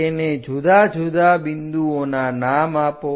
તેને જુદાજુદા બિંદુઓના નામ આપો